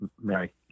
mary